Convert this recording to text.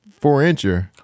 four-incher